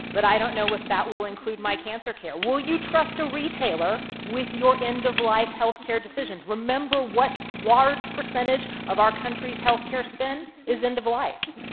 but i don't know if that will include my cancer care. will you trust a retailer with your end-of-life health care decisions? remember what large percentage of our country's health care spend is end-of-life.